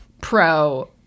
Pro